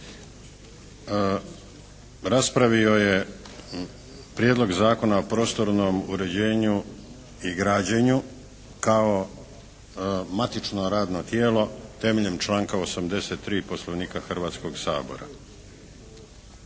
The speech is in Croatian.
raspravio je Prijedlog zakona o prostornom uređenju i građenju kao matično radno tijelo temeljem članka 83. Poslovnika Hrvatskog sabora.